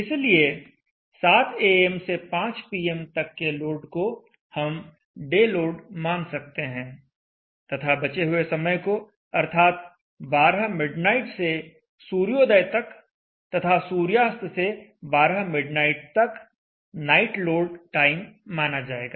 इसलिए 700 AM am से 500 PM pm तक के लोड को हम डे लोड मान सकते हैं तथा बचे हुए समय को अर्थात 12 मिडनाइट से सूर्योदय तक तथा सूर्यास्त से 12 मिडनाइट तक नाइट लोड टाइम माना जाएगा